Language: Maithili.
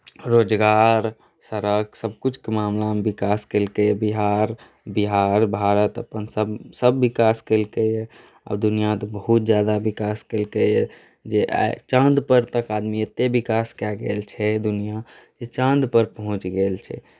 रोजगार सड़क सभकुछके मामलामे विकास केलकैए बिहार बिहार भारत अपनसभ सभ विकास केलकैए आओर दुनिआँ तऽ बहुत ज्यादा विकास केलकैए जे आइ चाँदपर तक आदमी एतेक विकास कए गेल छै दुनिआँ जे चाँदपर पहुँचि गेल छै